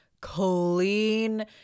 clean